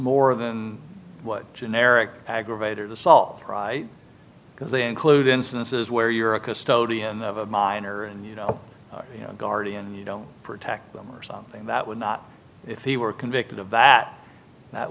more than what generic aggravated assault because they include instances where you're a custodian of a minor and you know guardian you don't protect them or something that would not if he were convicted of that that